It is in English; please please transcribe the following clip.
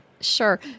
Sure